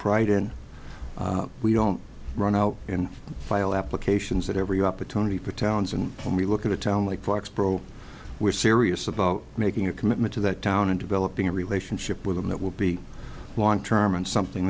pride in we don't run out and file applications at every opportunity for towns and when we look at a town like foxboro we're serious about making a commitment to that town and developing a relationship with them that will be long term and something